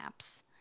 apps